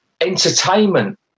entertainment